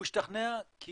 הוא השתכנע כי